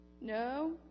No